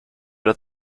der